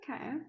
okay